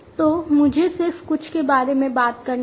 तो मुझे सिर्फ कुछ के बारे में बात करने दें